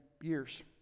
years